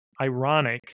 ironic